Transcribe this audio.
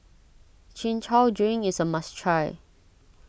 Chin Chow Drink is a must try